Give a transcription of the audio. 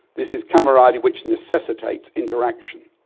this is camaraderie which necessitates interaction,